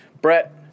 Brett